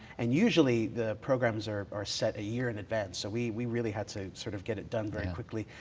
and usually, the programs are are set a year in advance, so we we really had to so sort of get it done very quickly.